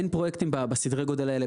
אין פרויקטים בסדרי הגודל האלה,